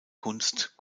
kunst